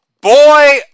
boy